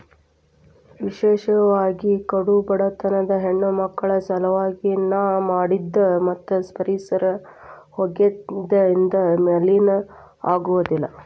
ವಿಶೇಷವಾಗಿ ಕಡು ಬಡತನದ ಹೆಣ್ಣಮಕ್ಕಳ ಸಲವಾಗಿ ನ ಮಾಡಿದ್ದ ಮತ್ತ ಪರಿಸರ ಹೊಗೆಯಿಂದ ಮಲಿನ ಆಗುದಿಲ್ಲ